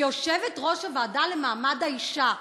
שיושבת-ראש הוועדה למעמד האישה,